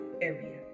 area